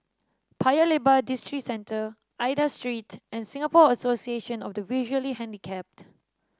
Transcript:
Paya Lebar Districentre Aida Street and Singapore Association of the Visually Handicapped